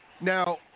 Now